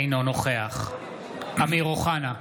אינו נוכח אמיר אוחנה,